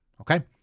Okay